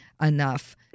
enough